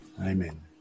Amen